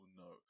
no